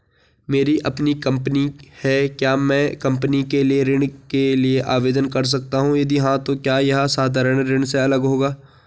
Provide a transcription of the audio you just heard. मेरी अपनी कंपनी है क्या मैं कंपनी के लिए ऋण के लिए आवेदन कर सकता हूँ यदि हाँ तो क्या यह साधारण ऋण से अलग होगा?